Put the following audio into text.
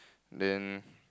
then